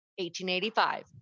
1885